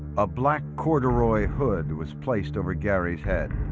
a black corduroy hood was placed over gary's head